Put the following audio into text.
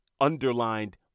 underlined